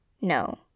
no